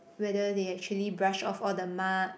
whether they actually brush off all the mud